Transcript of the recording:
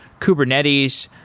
Kubernetes